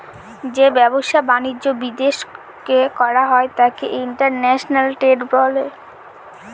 যে ব্যবসা বাণিজ্য বিদেশ করা হয় তাকে ইন্টারন্যাশনাল ট্রেড বলে